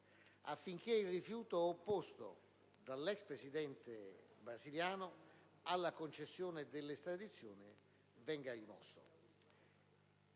affinché il rifiuto opposto dall'ex Presidente brasiliano alla concessione dell'estradizione venga rimosso.